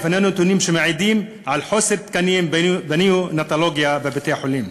לפנינו נתונים שמעידים על חוסר בתקנים בנאונטולוגיה בבתי-החולים.